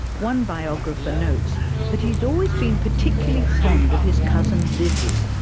one biographer notes that he had always been particularly fond of his cousin lizzie.